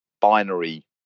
binary